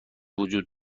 وجود